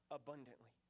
abundantly